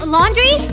Laundry